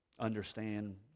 understand